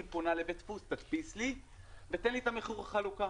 היא פונה לבית דפוס: תדפיס לי ותן לי את מחיר החלוקה.